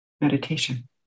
meditation